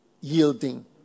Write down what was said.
yielding